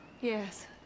Yes